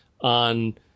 on